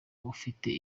ufite